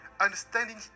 Understanding